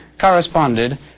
corresponded